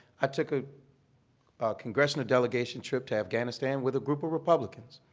i took a congressional delegation trip to afghanistan with a group of republicans.